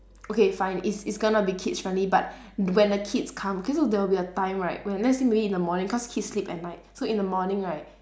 okay fine it's it's gonna be kids friendly but when the kids come okay so there will be a time right when let's say maybe in the morning cause kids sleep at night so in the morning right